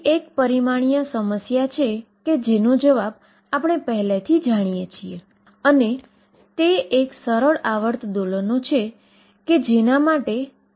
તેથી આ તે છે જે હું તમને કહું છું અને સાવધાની એ ન લાગે કે તે સાબિત કરી શકાય છે